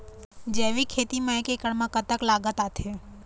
जैविक खेती म एक एकड़ म कतक लागत आथे?